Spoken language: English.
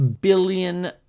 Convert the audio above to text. billion